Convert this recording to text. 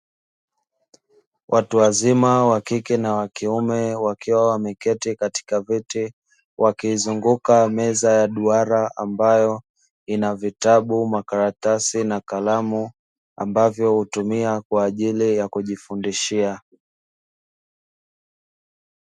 Watu wazima wakike na wakiume wakiwa wameketi katika viti wamezunguka meza ya duara ambayo ina vitabu, karatasi na kalamu ambavyo hutumiwa kwa ajili ya kujifundishia.